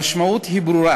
המשמעות היא ברורה.